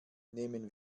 nehmen